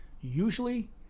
usually